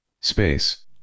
space